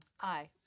aye